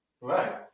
Right